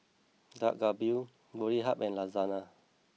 Dak Galbi Boribap and Lasagne